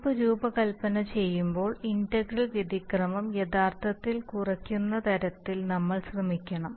loop രൂപകൽപ്പന ചെയ്യുമ്പോൾ integral വ്യതിക്രമം യഥാർത്ഥത്തിൽ കുറയ്ക്കുന്ന തരത്തിൽ നമ്മൾ ശ്രമിക്കണം